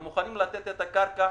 הם מוכנים לתת את הקרקע